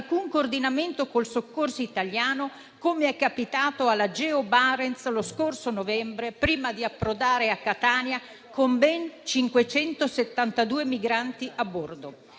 coordinamento con il soccorso italiano, com'è capitato alla Geo Barents lo scorso novembre prima di approdare a Catania con ben 572 migranti a bordo.